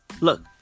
look